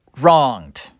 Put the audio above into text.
wronged